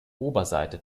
oberseite